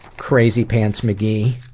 crazypants mcgee,